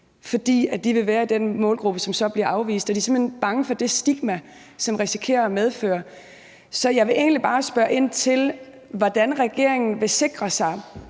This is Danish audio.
fordi de vil være i den målgruppe, som så bliver afvist. De er simpelt hen bange for det stigma, som det risikerer at medføre. Så jeg vil egentlig bare spørge ind til, hvordan regeringen vil sikre sig,